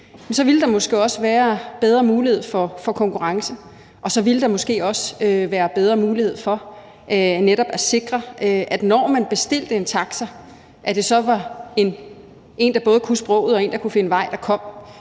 ville der måske også være bedre mulighed for konkurrence, og så ville der måske også være bedre mulighed for netop at sikre, at når man bestilte en taxa, kom der en chauffør, der både kunne sproget og kunne finde vej. For jeg